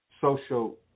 social